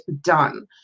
done